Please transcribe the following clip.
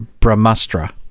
Brahmastra